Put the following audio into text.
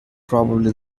probably